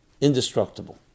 indestructible